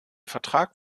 vertrag